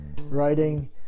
writing